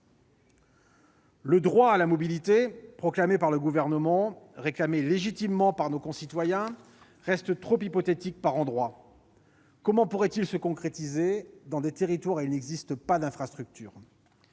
Le droit à la mobilité, proclamé par le Gouvernement, réclamé légitimement par nos concitoyens, reste trop hypothétique par endroits. Comment pourrait-il se concrétiser dans des territoires où il n'existe pas d'infrastructures ?